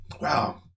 Wow